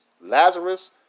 Lazarus